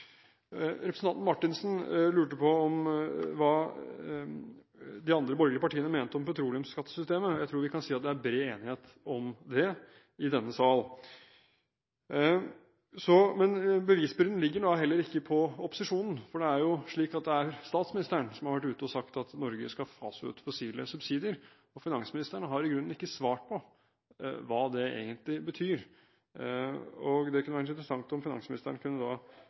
Representanten Marthinsen lurte på hva de andre borgerlige partiene mente om petroleumsskattesystemet. Jeg tror vi kan si at det er bred enighet om det i denne sal. Men bevisbyrden ligger da heller ikke på opposisjonen, for det er statsministeren som har vært ute og sagt at Norge skal fase ut fossile subsidier. Finansministeren har i grunnen ikke svart på hva det egentlig betyr, og det kunne vært interessant om finansministeren kunne